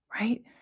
right